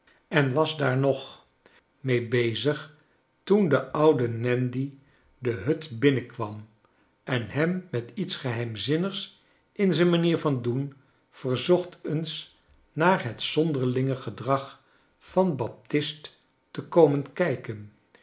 en was daar nog mee bezig toen de oude nandy de hut binnenkwam en hem met iets geheimzinnigs in zijn manier van doen verzocht eens naar het zonderlinge gedrag van baptist te komen kijken